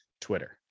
Twitter